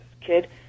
kid